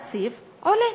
והתקציב עולה.